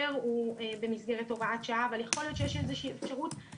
הוא במסגרת הוראת שעה אבל יכול להיות שיש איזושהי אפשרות